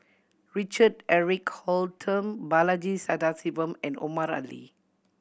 Richard Eric Holttum Balaji Sadasivan and Omar Ali